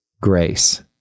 grace